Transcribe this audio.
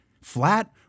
Flat